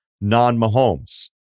non-Mahomes